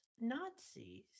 Nazis